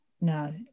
No